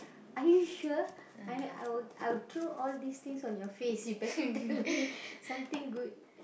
are you sure I'll I will I will throw all these things on your face you better tell me something good